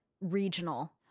regional